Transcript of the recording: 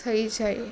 થઈ જાય